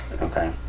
Okay